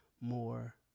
more